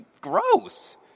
gross